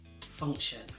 function